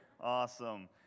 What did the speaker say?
Awesome